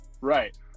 right